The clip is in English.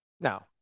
Now